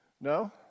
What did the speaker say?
No